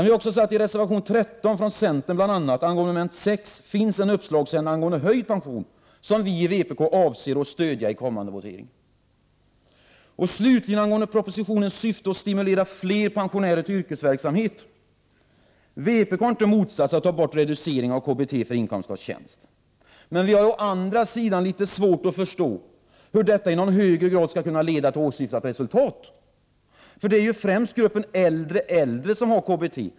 I reservation 13 från bl.a. centern angående mom. 6 finns också en uppslagsände beträffande höjd pension som vi i vpk avser att stödja i kommande votering. Slutligen angående propositionens syfte att stimulera fler pensionärer till yrkesverksamhet: Vpk har inte motsatt sig att man tar bort reduceringen av KBT för inkomst av tjänst. Men vi har å andra sidan litet svårt att förstå hur detta i någon högre grad skall kunna leda till åsyftat resultat. Det är ju främst gruppen äldre äldre som har KBT.